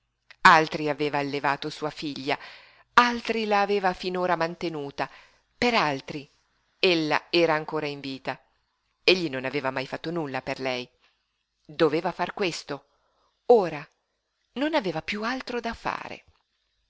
altri aveva allevato sua figlia altri la aveva finora mantenuta per altri ella era ancora in vita egli non aveva mai fatto nulla per lei doveva far questo ora non aveva piú altro da fare